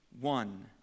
one